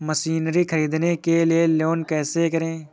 Machinery ख़रीदने के लिए लोन कैसे करें?